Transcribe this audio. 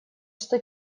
что